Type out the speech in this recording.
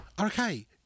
okay